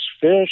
fish